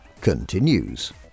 continues